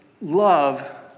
love